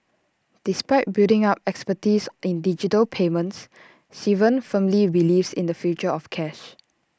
despite building up expertise in digital payments Sivan firmly believes in the future of cash